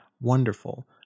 wonderful